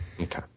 Okay